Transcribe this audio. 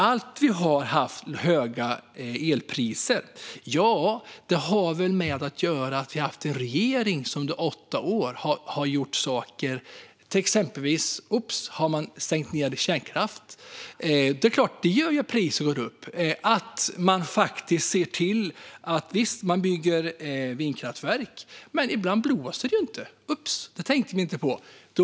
Att vi har höga elpriser har att göra med att vi har haft en regering som under åtta år som stängt ned kärnkraft. Det gör ju att priset går upp. Man har byggt vindkraftverk, men ibland blåser det inte. Oj, det tänkte man inte på!